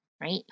right